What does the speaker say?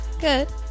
Good